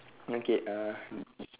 okay uh